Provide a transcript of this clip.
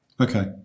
Okay